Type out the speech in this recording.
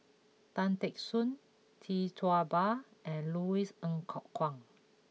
Tan Teck Soon Tee Tua Ba and Louis Ng Kok Kwang